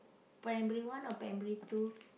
primary one or primary two